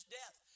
death